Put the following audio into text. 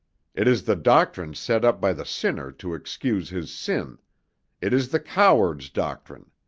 it is the doctrine set up by the sinner to excuse his sin it is the coward's doctrine.